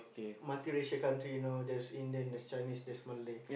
multi racial country you know there's Indian there's Chinese there's Malay